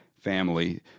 family